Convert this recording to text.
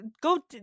go